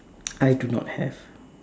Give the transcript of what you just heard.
I do not have